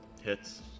Hits